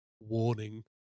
warning